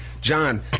John